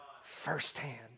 firsthand